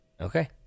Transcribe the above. Okay